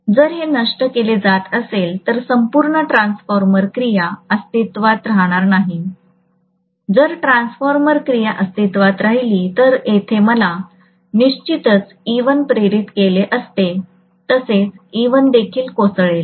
जर हे नष्ट केले जात असेल तर संपूर्ण ट्रान्सफॉर्मर क्रिया अस्तित्त्वात राहणार नाही जर ट्रान्सफॉर्मर क्रिया अस्तित्वात राहिली तर मला येथे निश्चितच e1 प्रेरित केले असते तसेच e1 देखील कोसळेल